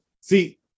see